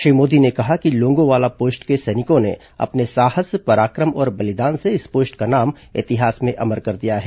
श्री मोदी ने कहा कि लोंगोवाला पोस्ट के सैनिकों ने अपने साहस पराक्रम और बलिदान से इस पोस्ट का नाम इतिहास में अमर कर दिया है